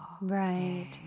Right